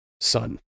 son